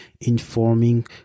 informing